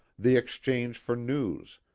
the exchange for news,